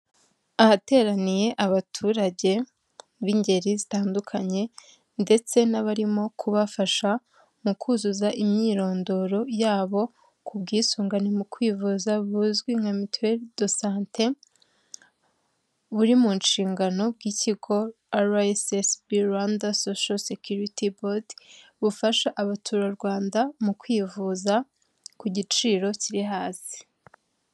Ahateraniye abaturage b'ingeri zitandukanye ndetse n'abarimo kubafasha mu kuzuza imyirondoro yabo ku bwisungane mu kwivuza buzwi nka mutuelle de sante buri mu nshingano bw'kigo rssb rwanda social secuty bord bufasha abaturarwanda mu kwivuza ku giciro kiri hasi.